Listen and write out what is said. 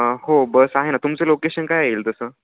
हो बस आहे ना तुमचं लोकेशन काय येईल तसं